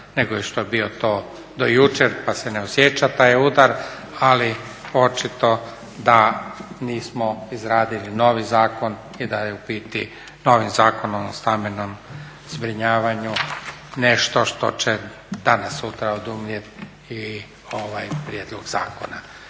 nego što je to bio do jučer pa se ne osjeća taj udar, ali očito da nismo izradili novi zakon i da je u biti novim Zakonom o stambenom zbrinjavanju nešto što će danas sutra odumrijeti i ovaj prijedlog zakona.